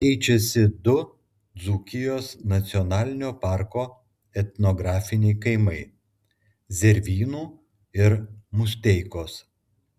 keičiasi du dzūkijos nacionalinio parko etnografiniai kaimai zervynų ir musteikos